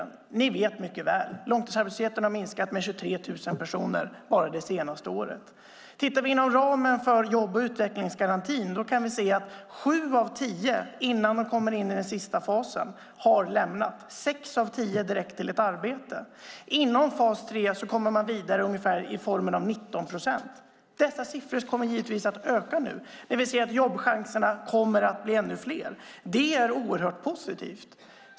Men ni vet mycket väl att långtidsarbetslösheten har minskat med 23 000 personer bara det senaste året. Tittar vi inom ramen för jobb och utvecklingsgarantin kan vi se att sju av tio har lämnat den innan de kommer in i den sista fasen, varav sex av tio går direkt till ett arbete. Inom fas 3 kommer ungefär 19 procent vidare. Dessa siffror kommer givetvis att öka nu när vi ser att jobbchanserna blir ännu fler. Det är oerhört positivt.